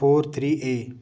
four three a